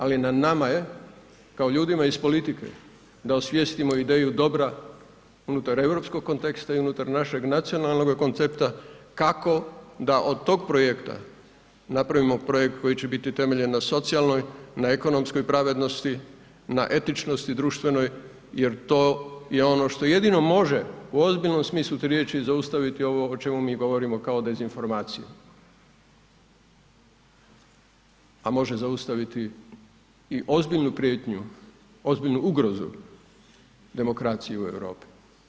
Ali na nama je kao ljudima iz politike da osvijestimo ideju dobra unutar europskog konteksta i unutar našeg nacionalnog koncepta kako da od tog projekta napravimo projekt koji će biti temeljen na socijalnoj, na ekonomskoj pravednosti, na etičnosti društvenoj jer to je ono što jedino može u ozbiljnom smislu te riječi zaustaviti ovo o čemu mi govorimo kao dezinformacije a može zaustaviti i ozbiljnu prijetnju, ozbiljnu ugrozu demokracije u Europi.